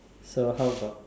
so how about